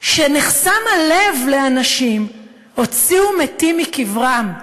שנחסם הלב לאנשים, הוציאו מתים מקברם,